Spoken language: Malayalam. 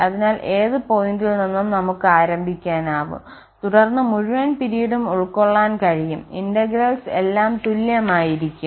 അതിനാൽ ഏത് പോയിന്റിൽ നിന്നും നമുക്ക് ആരംഭിക്കാനാവും തുടർന്ന് മുഴുവൻ പിരീഡും ഉൾക്കൊള്ളാൻ കഴിയും ആ ഇന്റഗ്രൽസ് എല്ലാം തുല്യമായിരിക്കും